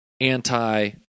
anti